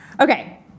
Okay